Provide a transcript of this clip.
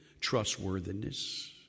Trustworthiness